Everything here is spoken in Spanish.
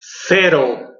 cero